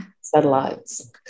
satellites